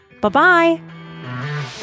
Bye-bye